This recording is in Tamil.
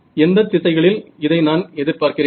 எந்த திசைகளில் இதை நான் எதிர்பார்க்கிறேன்